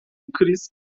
kriz